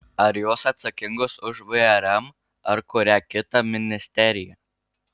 ar jos atsakingos už vrm ar kurią kitą ministeriją